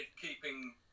keeping